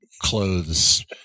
clothes